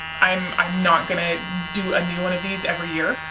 i'm not going to do a new one of these every year.